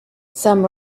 some